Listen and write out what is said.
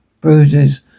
Bruises